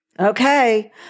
Okay